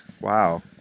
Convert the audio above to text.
Wow